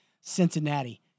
Cincinnati